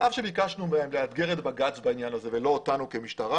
אף שביקשנו מהם לאתגר את בג"ץ בעניין הזה ולא אותנו כמשטרה.